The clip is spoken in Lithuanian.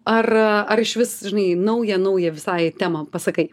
ar ar išvis žinai naują naują visai temą pasakai